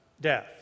death